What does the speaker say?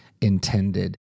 intended